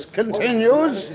continues